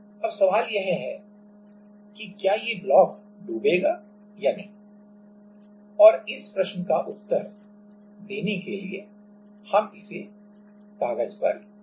अब सवाल यह है कि क्या ब्लॉक डूबेगा या नहीं और इस प्रश्न का उत्तर देने के लिए हम इसे कागज पर हल करेंगे